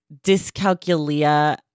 dyscalculia